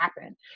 happen